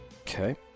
Okay